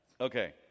okay